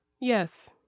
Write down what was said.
Yes